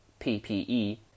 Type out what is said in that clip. PPE